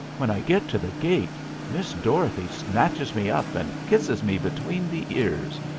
when i get to the gate miss dorothy snatches me up and kisses me between the ears,